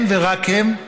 הם ורק הם.